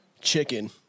chicken